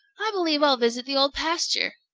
i believe i'll visit the old pasture.